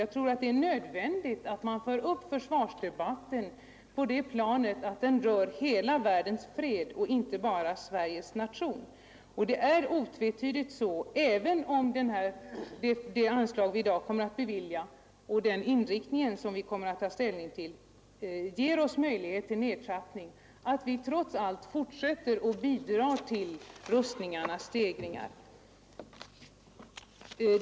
Jag tror att det är nödvändigt att man för upp försvarsdebatten på det planet att den rör hela världens fred och inte bara freden för Sveriges nation. Även om det anslag vi i dag kommer att bevilja och inriktningen av det förslag som vi här kommer att ta ställning till ger oss möjlighet till nedtrappning framgent fortsätter vi trots allt att bidra till rustningarnas stegring.